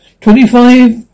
Twenty-five